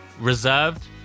reserved